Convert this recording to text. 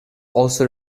also